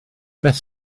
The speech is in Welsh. beth